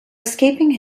escaping